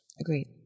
Agreed